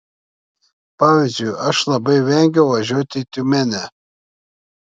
pavyzdžiui aš labai vengiau važiuoti į tiumenę